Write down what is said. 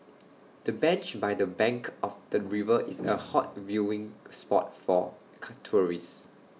the bench by the bank of the river is A hot viewing spot for tourists